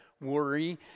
worry